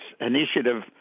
Initiative